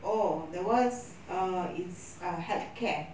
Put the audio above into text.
oh there was err it's err healthcare